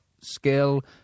skill